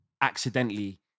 accidentally